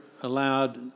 allowed